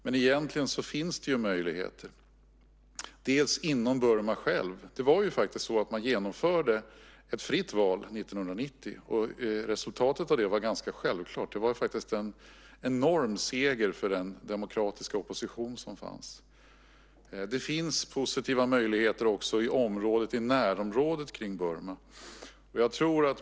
Men egentligen finns det möjligheter, bland annat inom Burma självt. Man genomförde faktiskt ett fritt val 1990. Resultatet av det var ganska självklart. Det var faktiskt en enorm seger för den demokratiska opposition som fanns. Det finns också positiva möjligheter i närområdet kring Burma.